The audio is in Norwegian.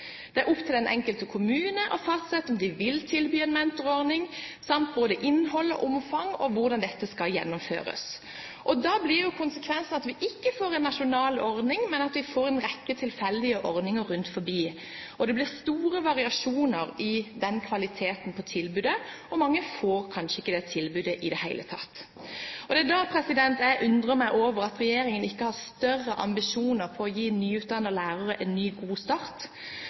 Det er opp til den enkelte kommune å fastsette om de vil tilby en mentorordning, samt både innhold og omfang, og hvordan dette skal gjennomføres. Da blir jo konsekvensen at vi ikke får en nasjonal ordning, men at vi får en rekke tilfeldige ordninger rundt om, og det blir store variasjoner i kvaliteten på tilbudet, og mange får kanskje ikke tilbudet i det hele tatt. Det er da jeg undrer meg over at regjeringen ikke har større ambisjoner om å gi nyutdannede lærere en god start.